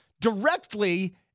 directly